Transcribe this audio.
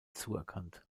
zuerkannt